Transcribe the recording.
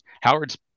howard's